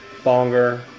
bonger